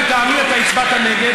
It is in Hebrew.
לטעמי הצבעת נגד.